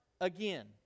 again